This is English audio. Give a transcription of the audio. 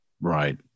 Right